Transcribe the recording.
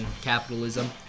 capitalism